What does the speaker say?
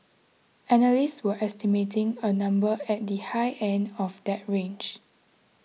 analysts were estimating a number at the high end of that range